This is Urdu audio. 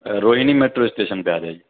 روہنی میٹرو اسٹیشن پہ آ جائیے